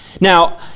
Now